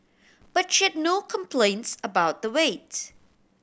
but she had no complaints about the waits